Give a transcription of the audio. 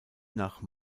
nach